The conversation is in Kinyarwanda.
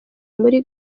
muri